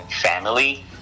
family